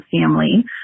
family